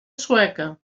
sueca